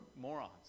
morons